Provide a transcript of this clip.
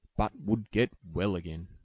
but would get well again.